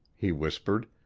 he whispered,